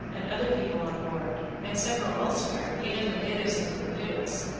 and other people on board, and several elsewhere, even the natives of bermudas,